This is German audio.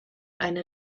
eine